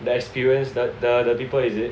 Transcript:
the experience the the people is it